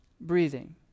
breathing